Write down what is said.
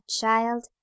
child